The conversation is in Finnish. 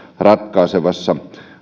ratkaisevassa